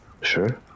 Sure